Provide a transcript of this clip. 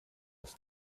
aus